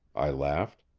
i laughed.